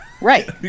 right